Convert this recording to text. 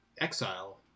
Exile